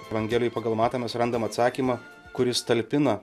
evangelijoj pagal matą mes randam atsakymą kuris talpina